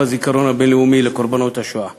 הזיכרון הבין-לאומי לקורבנות השואה